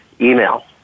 email